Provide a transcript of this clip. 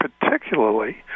particularly